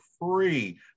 free